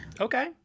Okay